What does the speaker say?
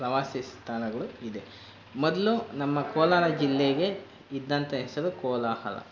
ಪ್ರವಾಸಿ ಸ್ಥಾನಗಳು ಇದೆ ಮೊದಲು ನಮ್ಮ ಕೋಲಾರ ಜಿಲ್ಲೆಗೆ ಇದ್ದಂಥ ಹೆಸರು ಕೋಲಾಹಲ